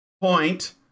point